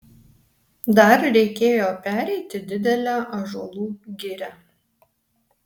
dar reikėjo pereiti didelę ąžuolų girią